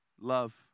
love